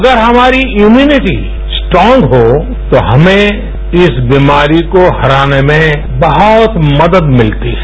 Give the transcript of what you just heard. अगर हमारी immunity strong हो तो हमें इस बीमारी को हराने में बहुत मदद मिलती है